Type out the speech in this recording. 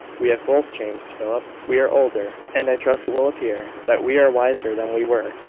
we are both changed, philip. we are older, and i trust it will appear that we are wiser than we were.